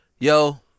Yo